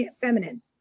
feminine